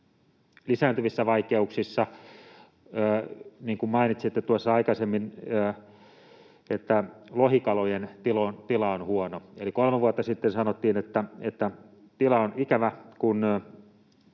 lisääntyvissä vaikeuksissa. Niin kuin mainitsitte aikaisemmin, lohikalojen tila on huono. Eli kolme vuotta sitten sanottiin, että tila on ikävä,